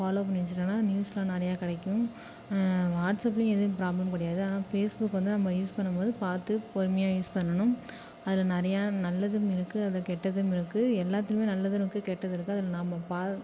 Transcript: follow பண்ணி வச்சிட்டனா நியூஸ்லாம் நிறையா கிடைக்கும் வாட்ஸ்ஆப்லையும் எதுவும் ப்ராப்ளம் கிடையாது ஆனால் ஃபேஸ்புக் வந்து நம்ம யூஸ் பண்ணும் போது பார்த்து பொறுமையாக யூஸ் பண்ணணும் அதில் நிறையா நல்லதும் இருக்குது அதில் கெட்டதும் இருக்குது எல்லாத்துலேயுமே நல்லதும் இருக்குது கெட்டதும் இருக்குது அதில் நம்ம பா